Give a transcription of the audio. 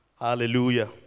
Hallelujah